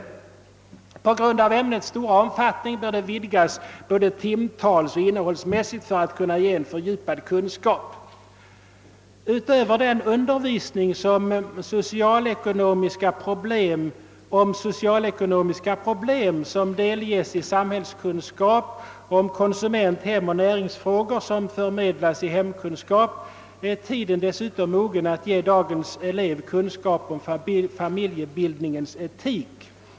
På grund av ämnets stora omfattning bör det vidgas både timtalsoch innehållsmässigt för att kunna ge en fördjupad kunskap. Utöver den undervisning om socialekonomiska problem som delges i samhällskunskap och om konsument-, hemoch näringsfrågor som förmedlas i hemkunskap är tiden dessutom mogen att ge dagens elev kunskap om familjebildningens etik.